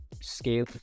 scale